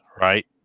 right